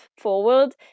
forward